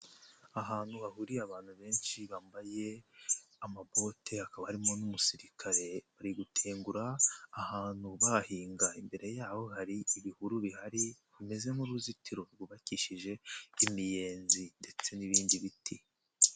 Ahantu hahuriye abantu benshi bambaye amabote hakaba harimo n'umusirikare, bari gutengura ahantu bahahinga, imbere yaho hari ibihuru bihari bimeze nk'uruzitiro rwubakishije imiyenzi ndetse n'ibindi biti.